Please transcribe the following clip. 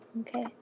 Okay